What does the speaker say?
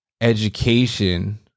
education